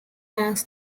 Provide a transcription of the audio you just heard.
flanks